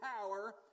power